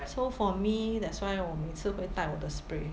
so for me that's why 我每次会带我的 spray